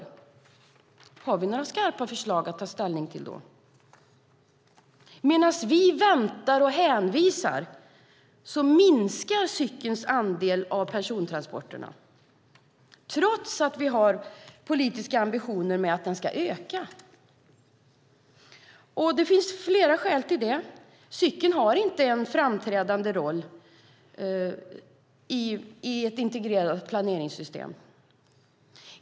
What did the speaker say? Kommer vi att ha några skarpa förslag att ta ställning till då? Medan vi väntar och hänvisar minskar cykelns andel av persontransporterna, trots att vi har den politiska ambitionen att den ska öka. Och det finns flera skäl till det. Cykeln har inte en framträdande roll i ett integrerat planeringssystem.